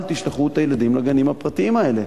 אל תשלחו את הילדים לגנים הפרטיים האלה.